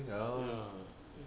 ya